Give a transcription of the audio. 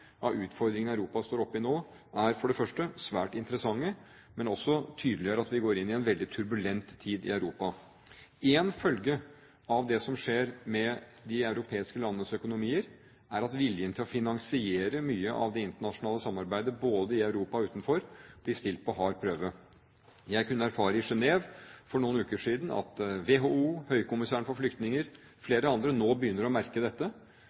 av de utfordringer Europa står oppe i nå, er for det første svært interessante, men tydeliggjør også at vi går inn i en veldig turbulent tid i Europa. En følge av det som skjer med de europeiske landenes økonomier, er at viljen til å finansiere mye av det internasjonale samarbeidet både i Europa og utenfor blir stilt på hard prøve. Jeg kunne erfare i Genève for noen uker siden at WHO, Høykommissæren for flyktninger og flere andre nå begynner å merke dette,